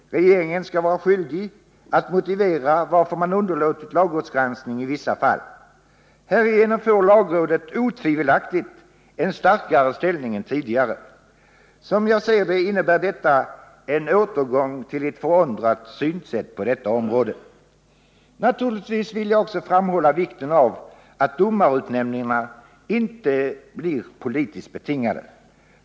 Regeringen skall vara skyldig att motivera varför man underlåtit lagrådsgranskning i vissa fall. Härigenom får lagrådet otvivelaktigt en starkare ställning än tidigare. Som jag ser det innebär detta en återgång till ett föråldrat synsätt på detta område. Avslutningsvis vill jag framhålla vikten av att domarutnämningarna inte blir politiskt betingande.